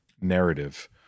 narrative